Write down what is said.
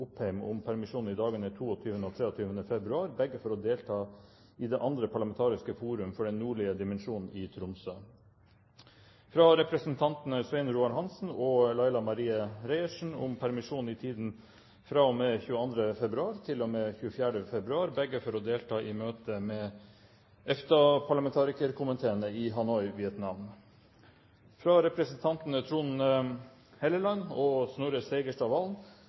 Opheim om permisjon i dagene 22. og 23. februar – begge for å delta i Den nordlige dimensjons andre parlamentariske forum i Tromsø fra representantene Svein Roald Hansen og Laila Marie Reiertsen om permisjon i tiden fra og med 22. februar til og med 24. februar – begge for å delta i møte med EFTA-parlamentarikerkomiteene i Hanoi, Vietnam fra representantene Trond Helleland og Snorre Serigstad Valen